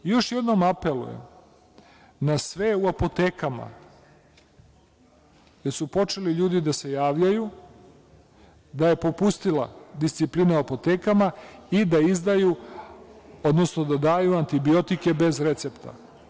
Još jednom, apelujem na sve u apotekama gde su počeli ljudi da se javljaju, da je popustila disciplina u apotekama i da izdaju, odnosno da daju antibiotike bez recepta.